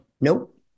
Nope